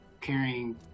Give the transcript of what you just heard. carrying